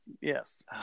Yes